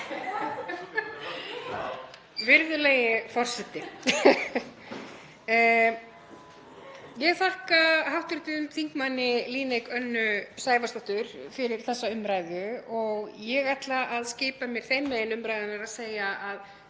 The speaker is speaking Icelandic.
Virðulegi forseti. Ég þakka hv. þm. Líneik Önnu Sævarsdóttur fyrir þessa umræðu og ég ætla að skipa mér þeim megin umræðunnar að segja að